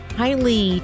highly